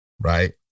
right